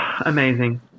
Amazing